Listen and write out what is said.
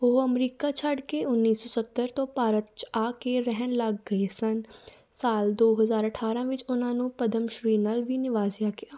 ਉਹ ਅਮਰੀਕਾ ਛੱਡ ਕੇ ਉੱਨੀ ਸੌ ਸੱਤਰ ਤੋਂ ਭਾਰਤ 'ਚ ਆ ਕੇ ਰਹਿਣ ਲੱਗ ਗਏ ਸਨ ਸਾਲ ਦੋ ਹਜ਼ਾਰ ਅਠਾਰ੍ਹਾਂ ਵਿੱਚ ਉਹਨਾਂ ਨੂੰ ਪਦਮਸ਼੍ਰੀ ਨਾਲ ਵੀ ਨਿਵਾਜ਼ਿਆ ਗਿਆ